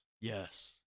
Yes